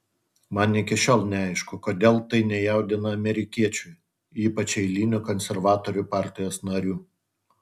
man iki šiol neaišku kodėl tai nejaudina amerikiečių ypač eilinių konservatorių partijos narių